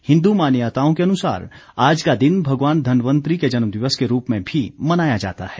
हिन्दू मान्यताओं के अनुसार आज का दिन भगवान धनवंतरि के जन्मदिवस के रूप में भी मनाया जाता है